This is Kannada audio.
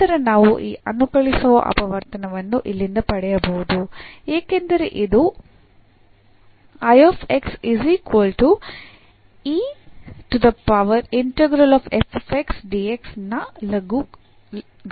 ನಂತರ ನಾವು ಈ ಅನುಕಲಿಸುವ ಅಪವರ್ತನವನ್ನು ಇಲ್ಲಿಂದ ಪಡೆಯಬಹುದು ಏಕೆಂದರೆ ಇದು ನ ಲಘುಗಣಕೀಯ ಉತ್ಪನ್ನವಾಗಿದೆ